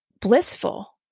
blissful